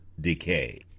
decay